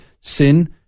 Sin